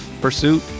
pursuit